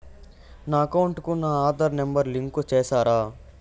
నా అకౌంట్ కు నా ఆధార్ నెంబర్ లింకు చేసారా